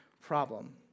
problem